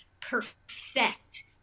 perfect